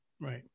Right